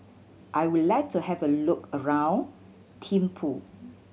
I would like to have a look around Thimphu